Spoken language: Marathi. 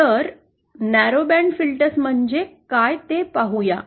तर अरुंद बँड फिल्टर्स म्हणजे काय ते पाहू या आणि